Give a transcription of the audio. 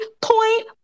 point